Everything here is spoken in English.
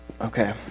okay